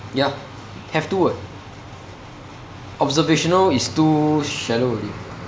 ya have to ah observational is too shallow already